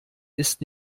ist